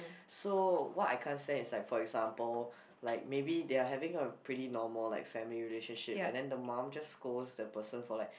so what I can't say is like for example like maybe they are having a pretty normal like family relationship and then the mum just scolds the person for like